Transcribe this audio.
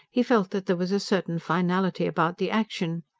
he felt that there was a certain finality about the action.